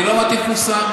אני לא מטיף מוסר.